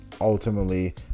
ultimately